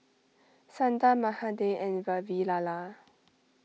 Sundar Mahade and Vavilala